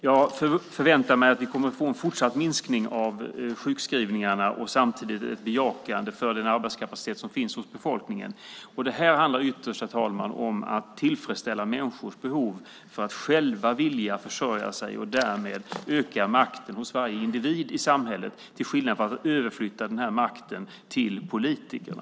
Jag förväntar mig att vi får en fortsatt minskning av sjukskrivningarna och samtidigt ett bejakande av den arbetskapacitet som finns hos befolkningen. Detta handlar ytterst, herr talman, om att tillfredsställa människors behov av att själva vilja försörja sig och därmed öka makten hos varje individ i samhället - till skillnad från att överflytta denna makt till politikerna.